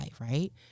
right